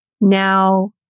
Now